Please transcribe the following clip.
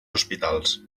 hospitals